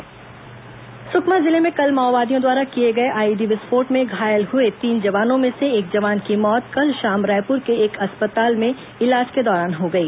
जवान शहीद माओवादी मुठभेड़ गिरफ्तार सुकमा जिले में कल माओवादियों द्वारा किए गए आईईडी विस्फोट में घायल हुए तीन जवानों में से एक जवान की मौत कल शाम रायपुर के एक अस्पताल में इलाज के दौरान हो गई